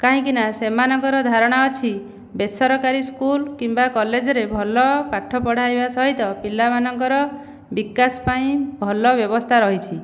କାହିଁକି ନା ସେମାନଙ୍କର ଧାରଣା ଅଛି ବେସରକାରୀ ସ୍କୁଲ କିମ୍ବା କଲେଜରେ ଭଲ ପାଠପଢ଼ା ହେବା ସହିତ ପିଲାମାନଙ୍କର ବିକାଶ ପାଇଁ ଭଲ ବ୍ୟବସ୍ଥା ରହିଛି